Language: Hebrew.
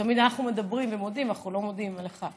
תמיד אנחנו מדברים ומודים, אבל אנחנו לא מודים לך.